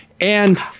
And-